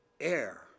air